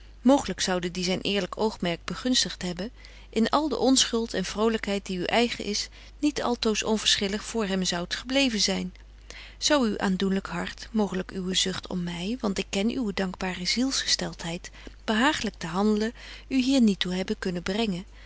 mooglyk zouden die zyn eerlyk oogmerk begunstigt hebben in al de onschuld en vrolykheid die u eigen is niet altoos onverschillig voor hem zoudt gebleven zyn zou uw aandoenlyk hart moogbetje wolff en aagje deken historie van mejuffrouw sara burgerhart lyk uwe zucht om my want ik ken uwe dankbare zielsgesteltheid behaaglyk te handelen u hier niet toe hebben kunnen brengen